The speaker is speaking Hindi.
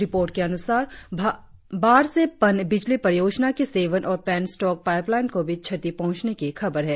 रिपोर्ट के अनुसार बाढ़ से पन बिजली परियोजना के सेवन और पेन स्टॉक पाइपलाइन को भी क्षति पहुंचने की खबर है